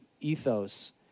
ethos